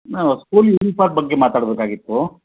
ಹಾಂ school uniform ಬಗ್ಗೆ ಮಾತಾಡಬೇಕಾಗಿತ್ತು